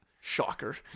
Shocker